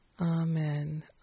amen